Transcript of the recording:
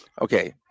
Okay